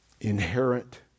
Inherent